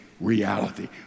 reality